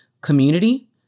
community